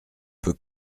peut